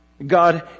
God